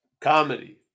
comedy